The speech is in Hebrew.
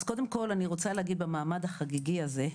אז קודם כל אני רוצה להגיד במעמד החגיגי הזה,